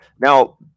now